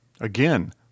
Again